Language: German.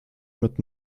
mit